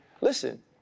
listen